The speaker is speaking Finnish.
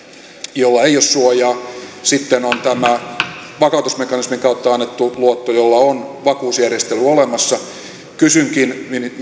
jolla ei ole suojaa sitten on tämä vakautusmekanismien kautta annettu luotto jolla on vakuusjärjestely olemassa kysynkin